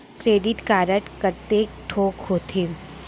Credit card कतेक ठोक होथे?